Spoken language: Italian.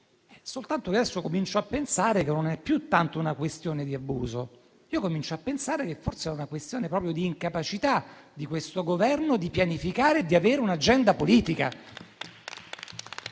Soltanto adesso comincio a pensare che non sia più tanto una questione di abuso; comincio a pensare che forse sia proprio una questione di incapacità di questo Governo di pianificare e di avere un'agenda politica.